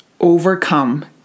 overcome